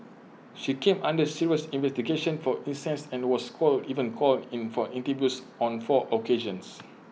she came under serious investigation for incest and was called even called in for interviews on four occasions